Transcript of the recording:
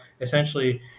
essentially